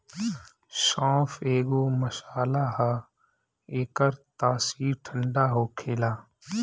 सौंफ एगो मसाला हअ एकर तासीर ठंडा होखेला